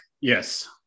Yes